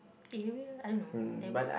area I don't know them